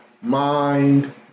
Mind